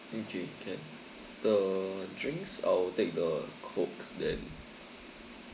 okay can the drinks I'll take the coke then